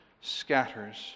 scatters